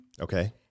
Okay